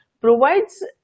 provides